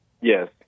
yes